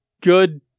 good